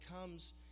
comes